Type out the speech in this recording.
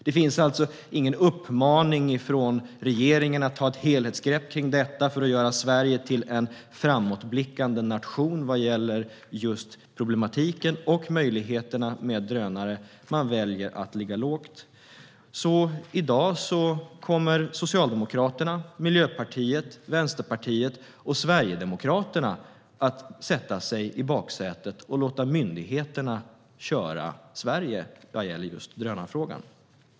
Det finns alltså ingen uppmaning från regeringen att ta ett helhetsgrepp kring detta för att göra Sverige till en framåtblickande nation vad gäller problematiken och möjligheterna med drönare. Man väljer att ligga lågt. I dag kommer Socialdemokraterna, Miljöpartiet, Vänsterpartiet och Sverigedemokraterna alltså att sätta sig i baksätet och låta myndigheterna köra Sverige när det gäller just drönarfrågan.